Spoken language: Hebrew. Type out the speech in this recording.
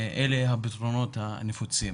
אלה הפתרונות הנפוצים.